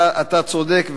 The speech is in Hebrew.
אתה צודק.